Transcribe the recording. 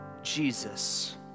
Jesus